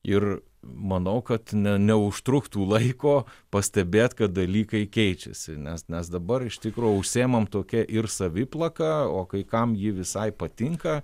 ir manau kad ne neužtruktų laiko pastebėt kad dalykai keičiasi nes nes dabar iš tikro užsiimam tokia ir saviplaka o kai kam ji visai patinka